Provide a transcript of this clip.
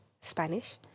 Spanish